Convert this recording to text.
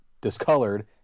discolored